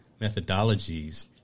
methodologies